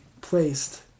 placed